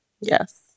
Yes